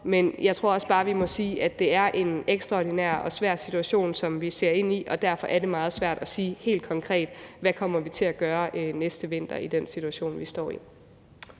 Men jeg tror også bare, vi må sige, at det er en ekstraordinær og svær situation, som vi ser ind i, og at det derfor er meget svært at sige helt konkret, hvad vi kommer til at gøre næste vinter i den situation, vi står i.